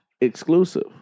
exclusive